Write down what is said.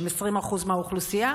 שהם 20% מהאוכלוסייה.